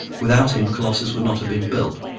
without him colossus would not have been built.